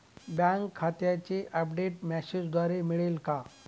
Bank खात्याचे update मेसेजद्वारे मिळेल का?